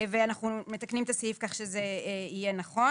ואנחנו מתקנים את הסעיף כך שזה יהיה נכון.